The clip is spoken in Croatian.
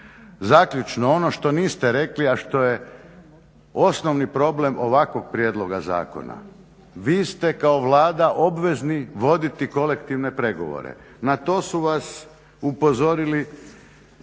Zaključno, ono što niste rekli a što je osnovni problem ovakvog prijedloga zakona. vi ste kao Vlada obvezni voditi kolektivne pregovore, na to su vas upozorili